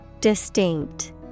distinct